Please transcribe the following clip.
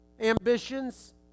ambitions